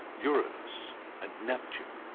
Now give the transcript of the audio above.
uranus and neptune.